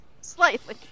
Slightly